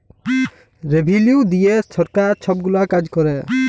revenue দিঁয়ে সরকার ছব গুলা কাজ ক্যরে